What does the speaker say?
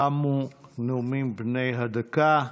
תמו הנאומים בני הדקה.